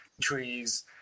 trees